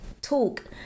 talk